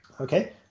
okay